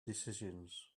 decisions